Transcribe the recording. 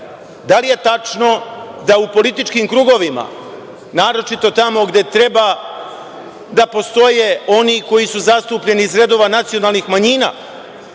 Da li je tačno da u političkim krugovima, naročito tamo gde treba da postoje oni koji su zastupljeni iz redova nacionalnih manjina,